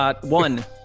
One